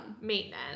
maintenance